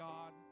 God